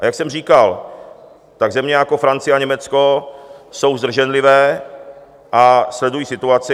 A jak jsem říkal, země jako Francie a Německo jsou zdrženlivé a sledují situaci.